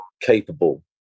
capable